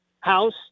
house